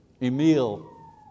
Emil